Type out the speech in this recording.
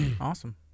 Awesome